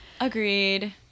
Agreed